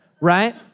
right